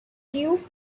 you